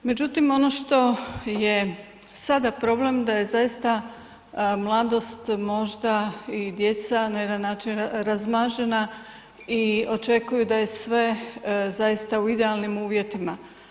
Međutim ono što je sada problem da je zaista mladost možda i djeca na jedan način razmažena i očekuju da je sve zaista u idealnim uvjetima.